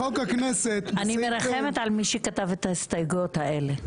אני מרחמת על מי שכתב את ההסתייגויות האלה.